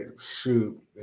shoot